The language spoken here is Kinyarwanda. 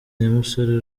y’umusore